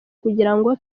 kugirango